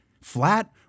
Flat